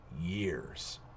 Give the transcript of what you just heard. years